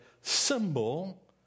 symbol